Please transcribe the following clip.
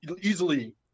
easily